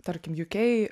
tarkim jukei